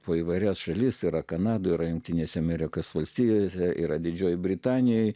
po įvairias šalis yra kanadoje yra jungtinėse amerikos valstijose yra didžioji britanijoje